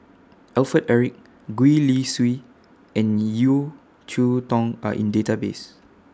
Alfred Eric Gwee Li Sui and Yeo Cheow Tong Are in Database